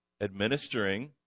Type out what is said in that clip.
administering